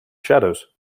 shadows